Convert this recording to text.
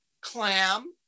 clam